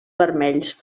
vermells